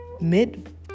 mid